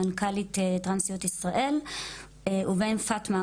מנכ"לית טרנסיות ישראל ובין פטמה,